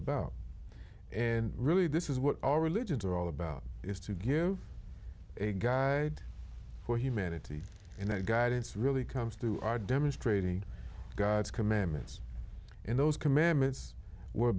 about and really this is what all religions are all about is to give a guide for humanity and that guidance really comes through our demonstrating god's commandments and those commandments were